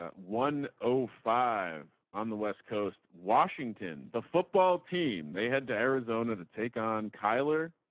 ah one oh five on the west coast, washington, the football team they had to arizona to take on kyler.